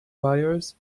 buyers